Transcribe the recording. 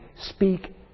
speak